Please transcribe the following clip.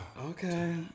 Okay